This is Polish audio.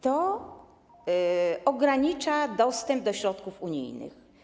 To ogranicza dostęp do środków unijnych.